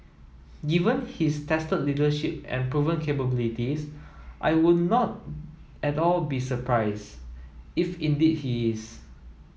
given his tested leadership and proven capabilities I would not at all be surprised if indeed he is